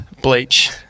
bleach